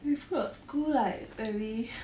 if not school like very